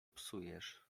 psujesz